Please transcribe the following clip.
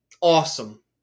awesome